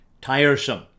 tiresome